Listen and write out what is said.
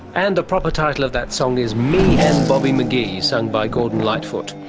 and the proper title of that song is me and bobby mcgee, sung by gordon lightfoot.